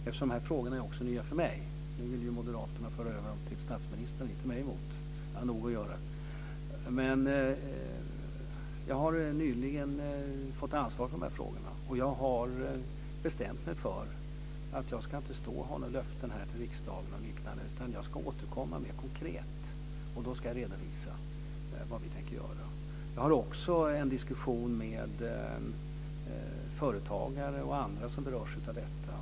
Eftersom dessa frågor är nya även för mig - moderaterna vill ju föra över dem till statsministern, och inte mig emot, jag har nog att göra - och eftersom jag nyligen har fått ansvar för dessa frågor så har jag bestämt mig för att inte ge några löften till riksdagen osv. utan att jag ska återkomma mer konkret. Och då ska jag redovisa vad vi tänker göra. Jag för också en diskussion med företagare och andra som berörs av detta.